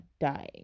dying